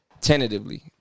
tentatively